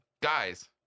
guys